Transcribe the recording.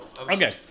Okay